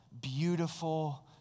beautiful